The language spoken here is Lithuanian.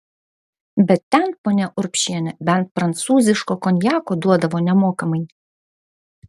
bet ten ponia urbšienė bent prancūziško konjako duodavo nemokamai